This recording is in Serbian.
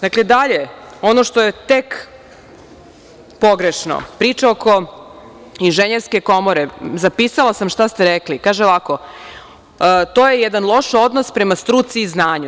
Dakle, dalje ono što je tek pogrešno, priča oko Inženjerske komore, zapisala sam šta ste rekli, kaže ovako – to je jedan loš odnos prema struci i znanju.